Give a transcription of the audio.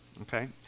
Okay